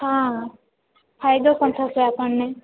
હાં ફાયદો પણ થશે આપણને